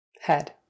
Head